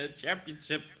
championship